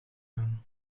aan